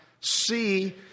see